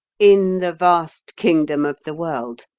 in the vast kingdom of the world,